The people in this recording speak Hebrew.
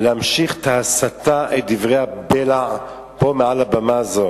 להמשיך את ההסתה, את דברי הבלע, פה מעל הבמה הזאת.